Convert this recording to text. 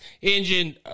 engine